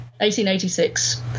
1886